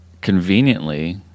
conveniently